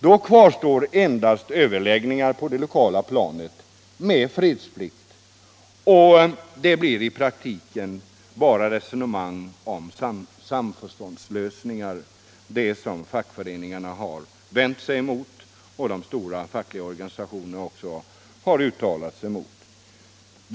Då kvarstår endast överläggningar på det lokala planet med fredsplikt, och det blir i praktiken bara resonemang om samförståndslösningar, något som fackföreningarna och de stora fackliga organisationerna har vänt sig emot.